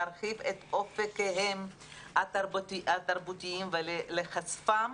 להרחיב את אופקיהם התרבותיים ולחושפם